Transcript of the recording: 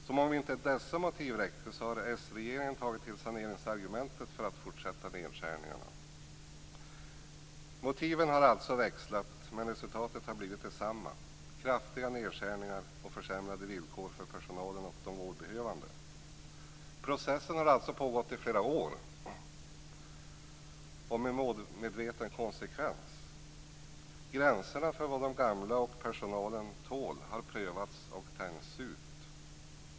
Som om inte dessa motiv räckte har s-regeringen tagit till saneringsargumentet för att fortsätta med nedskärningarna. Motiven har alltså växlat, men resultatet har blivit detsamma: kraftiga nedskärningar och försämrade villkor för personalen och de vårdbehövande. Processen har alltså pågått i flera år och med målmedveten konsekvens. Gränserna för vad de gamla och personalen tål har prövats och tänjts ut.